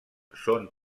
són